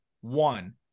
one